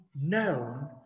known